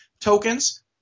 tokens